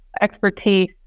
expertise